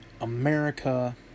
America